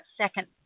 second